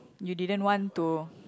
you didn't want to